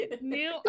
new